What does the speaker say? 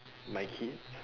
my kids